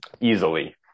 easily